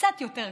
קצת יותר קלה.